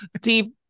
deep